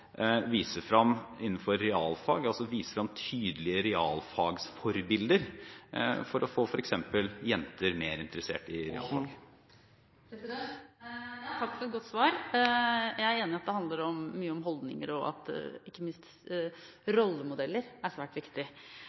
vise frem tydelige realfagsforbilder for å få f.eks. jenter mer interessert. Takk for et godt svar. Jeg er enig i at det handler mye om holdninger, og at ikke minst det med rollemodeller er svært viktig.